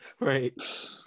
Right